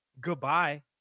Goodbye